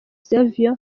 savio